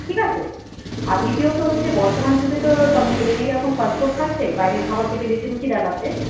ঠিক আছে আর দ্বিতীয়ত হচ্ছে বর্তমান যুগে তো সব ছেলেমেয়েরা এখন ফাস্ট ফুড খাচ্ছে বাইরে খাবার খেতে বেশি রুচি দেখাচ্ছে